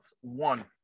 one